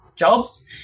Jobs